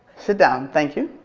sit down, thank you.